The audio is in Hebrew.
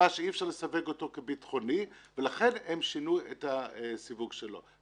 שאי-אפשר לסווג אותו כביטחוני ולכן הם שינו את הסיווג שלו,